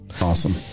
awesome